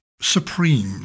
supreme